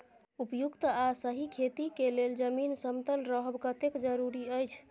उपयुक्त आ सही खेती के लेल जमीन समतल रहब कतेक जरूरी अछि?